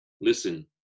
Listen